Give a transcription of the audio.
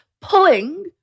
pulling